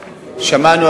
שמענו,